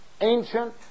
ancient